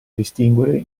distinguere